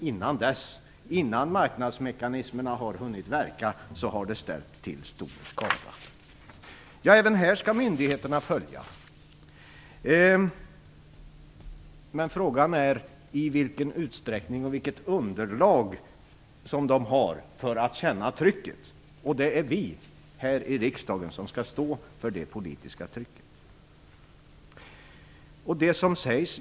Innan marknadsmekanismerna hunnit verka har det här emellertid ställt till stor skada. Även här skall myndigheterna följa utvecklingen. Men frågan är hur mycket och vilket underlag som behövs för att de skall känna trycket. Det är vi i riksdagen som skall stå för det politiska trycket.